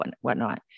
whatnot